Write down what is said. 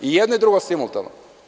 I jedno i drugo simultano.